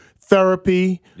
therapy